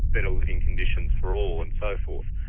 better living conditions for all and so forth.